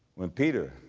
when peter